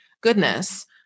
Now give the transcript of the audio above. goodness